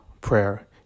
prayer